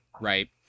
right